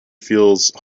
feels